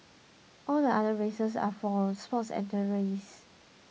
all the other races are more for sports